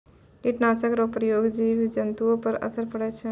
कीट नाशक रो प्रयोग से जिव जन्तु पर असर पड़ै छै